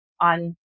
on